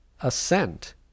assent